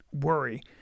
worry